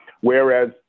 Whereas